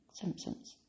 Simpsons